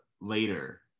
later